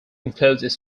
includes